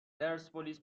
پرسپولیس